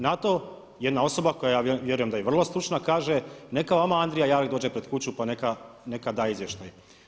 Na to jedna osoba koja ja vjerujem da je i vrlo stručna kaže neka vama Andrija Jarak dođe pred kuću pa neka da izvještaj.